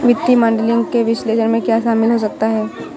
वित्तीय मॉडलिंग के विश्लेषण में क्या शामिल हो सकता है?